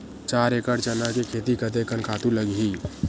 चार एकड़ चना के खेती कतेकन खातु लगही?